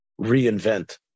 reinvent